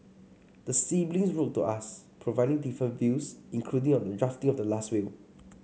the siblings wrote to us providing differing views including on the drafting of the last will